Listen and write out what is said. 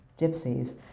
gypsies